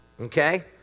okay